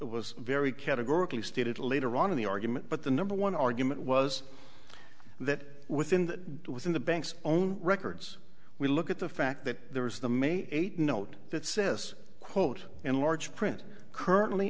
was very categorically stated later on in the argument but the number one argument was that within the within the bank's own records we look at the fact that there was the may eighth note that says quote in large print currently